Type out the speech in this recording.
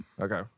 Okay